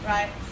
Right